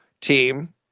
team